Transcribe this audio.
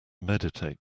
meditate